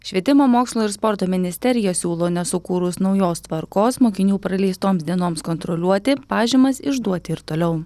švietimo mokslo ir sporto ministerija siūlo nesukūrus naujos tvarkos mokinių praleistoms dienoms kontroliuoti pažymas išduoti ir toliau